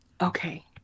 Okay